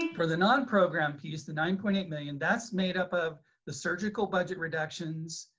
for the non-program piece the nine point eight million that's made up of the surgical budget reductions,